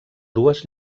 dues